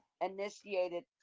initiated